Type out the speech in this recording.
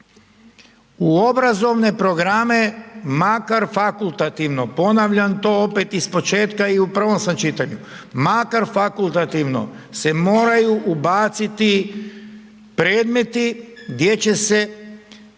u obrazovne programe makar fakultativno, ponavljam to opet ispočetka i u prvom sam čitanju, makar fakultativno se moraju ubaciti predmeti gdje će se